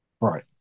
Right